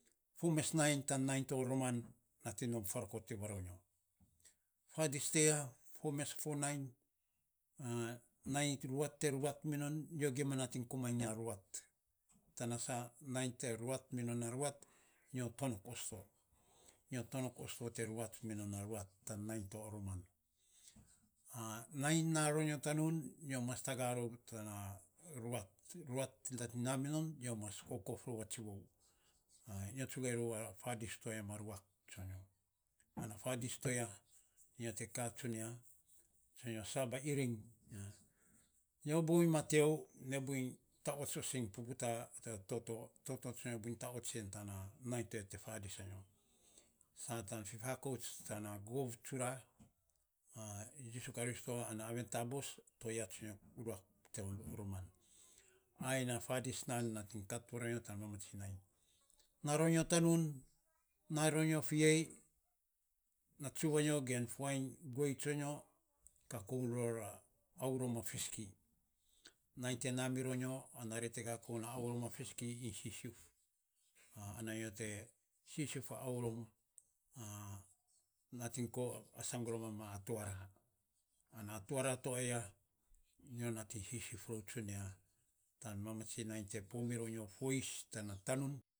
Fo mes nainy tan nainy to roman, nating nom farokot varonyo fadis ti ya fo mes a fo nainy nainy ruat te ruat minon nyo gim nating komainy a ruat, tana sa nainy ruat minon a ruat, nyo tonok osto te ruat fi minon a ruat. Nainy na ronyo tanun nyo mas taga rou tana ruat ruat te na minon nyo mas kokop rou a tsivou nyo tsugain rou a fadis to ya ma ruak tsonyo. An fadis to ya nyo te ka tsunia, sa nyo sab a iring. Nyo buiny mat iou, nyo buiny taots osing puputaa, toto tsunyo buiny taots en tana nainy to ya te fadis a nyo, san tan fifakouts tana gov tsura, jisu karisto an aven taabos. To ya sana nyo ruak tovei rioman. Ai nan faadis nan kat varonyo tan mamatsiny nainy. Naro nyo tanun na ronyo fi yei, natsuvanyo ge fuany guei tsonyo kakoun ror a aurom a fisiki nainy te na mironyo ana ri te kakoun a aurom a fisiki iny sisiuf ana nyo te sisiuf a aurom, mam nating asang rom ya hatwara, ana hatwara toaya nyo nating sisiof rou tsunia tan mamatsig nainy te poo miro nyo tanun.